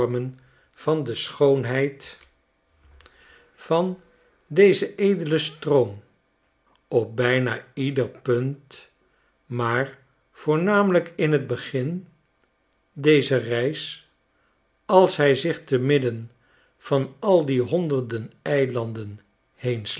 van dezen edelen stroom op bijna ieder punt maar voornamelijk in t begin dezer reis als hij zich te midden van al die honderden eilanden